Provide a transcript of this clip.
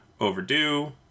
overdue